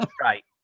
right